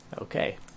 Okay